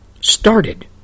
started